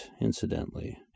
incidentally